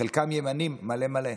חלקם ימניים מלא מלא,